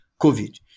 COVID